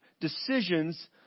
decisions